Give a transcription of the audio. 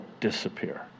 disappear